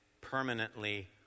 permanently